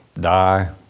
die